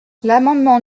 l’amendement